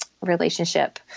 relationship